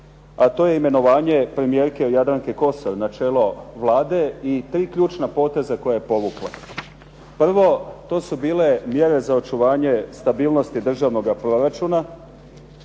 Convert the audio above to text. a to je imenovanje premijerke Jadranke Kosor na čelo Vlade i tri ključna poteza koja je povukla. Prvo, to su bile mjere za očuvanje stabilnosti državnoga proračuna.